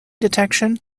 detection